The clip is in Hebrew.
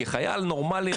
כי חייל נורמאלי,